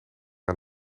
aan